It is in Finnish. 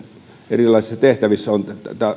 erilaisissa tehtävissä olen